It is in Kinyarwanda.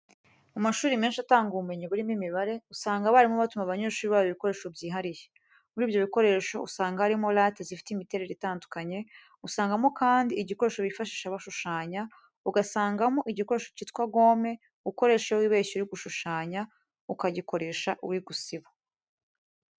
Mu mashuri menshi atanga ubumenyi burimo imibare, usanga abarimu batuma abanyeshuri babo ibikoresho byihariye. Muri ibyo bikoresho usanga harimo rate zifite imiterere itandukanye, usangamo kandi igikoresho bifashisha bashushanya, ugasangamo igikoresho cyitwa gome ukoresha iyo wibeshye uri gushushanya, ukagikoresha uri gusiba.